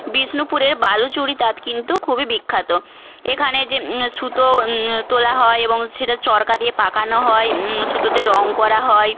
বিষ্ণুপুরের বালুচরী তাঁত কিন্তু খুবই বিখ্যাত এখানে যে সুতো তোলা হয় এবং সেটা চরকা দিয়ে পাকানো হয় সুতোতে রঙ করা হয়